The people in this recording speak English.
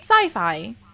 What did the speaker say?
sci-fi